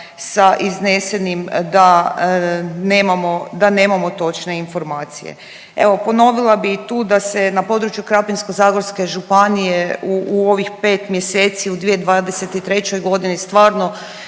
da nemamo, da nemamo točne informacije. Evo ponovila bi i tu da se na području Krapinsko-zagorske županije u ovih 5 mjeseci u 2023. godini stvarno